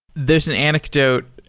there's an anecdote,